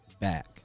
back